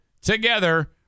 together